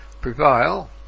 prevail